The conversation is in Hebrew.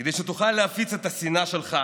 כדי שתוכל להפיץ את השנאה שלך